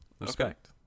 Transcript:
respect